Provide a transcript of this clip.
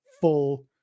full